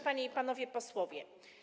Panie i Panowie Posłowie!